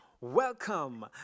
Welcome